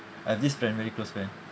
I have this friend very close friend